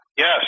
Yes